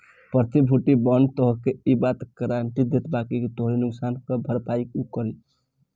प्रतिभूति बांड तोहके इ बात कअ गारंटी देत बाकि तोहरी नुकसान कअ भरपाई उ करी